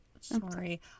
Sorry